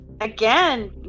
Again